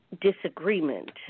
disagreement